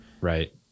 Right